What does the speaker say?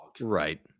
Right